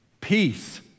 Peace